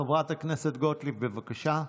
חברת הכנסת גוטליב, בבקשה.